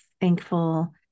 thankful